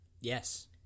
Yes